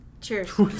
Cheers